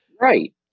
Right